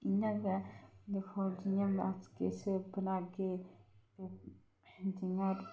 इयां गै दिक्खो जियां अस किश बनाह्गे जियां